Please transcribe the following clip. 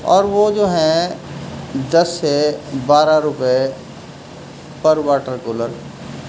اور وہ جو ہیں دس سے بارہ روپئے پر واٹر کولر